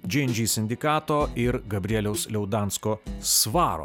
džy en džy sindikato ir gabrieliaus liaudansko svaro